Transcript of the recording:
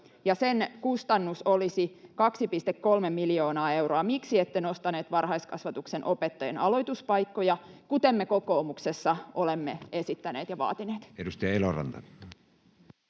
sen kustannus olisi 2,3 miljoonaa euroa — miksi ette nostaneet varhaiskasvatuksen opettajien aloituspaikkoja, kuten me kokoomuksessa olemme esittäneet ja vaatineet. [Speech 130]